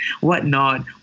whatnot